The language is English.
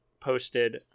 posted